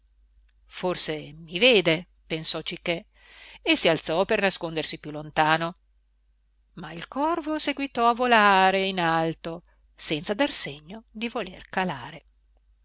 forse mi vede pensò cichè e si alzò per nascondersi più lontano ma il corvo seguitò a volare in alto senza dar segno di voler calare